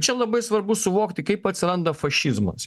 čia labai svarbu suvokti kaip atsiranda fašizmas